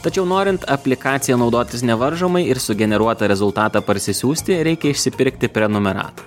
tačiau norint aplikacija naudotis nevaržomai ir sugeneruotą rezultatą parsisiųsti reikia išsipirkti prenumeratą